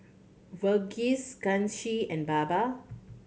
Verghese Kanshi and Baba